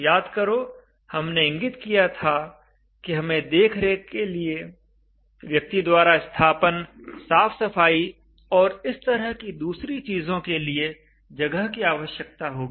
याद करो हमने इंगित किया था कि हमें देख रेख के लिए व्यक्ति द्वारा स्थापन साफ सफाई और इस तरह की दूसरी चीज़ों के लिए जगह की आवश्यकता होगी